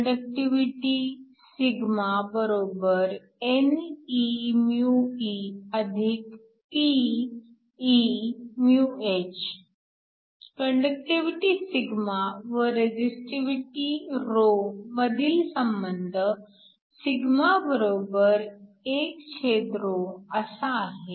conductivity σ ne μe p e μh conductivity σ व resistivity ρ मधील संबंध σ 1ρ असा आहे